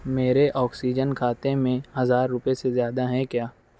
میرے آکسیجن کھاتے میں ہزار روپئے سے زیادہ ہیں کیا